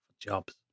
jobs